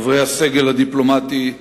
חברי הסגל הדיפלומטי,